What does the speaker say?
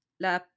la